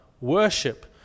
worship